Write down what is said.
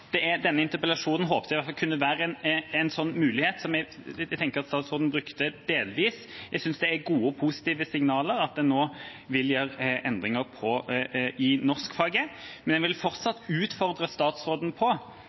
Det ble kanskje en slags kombinasjon. Jeg håpet i hvert fall at denne interpellasjonen kunne være en mulighet, som jeg tenker at statsråden brukte delvis. Jeg synes det er gode og positive signaler at en nå vil gjøre endringer i norskfaget, men jeg vil fortsatt utfordre statsråden på